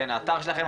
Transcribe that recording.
האתר שלכם,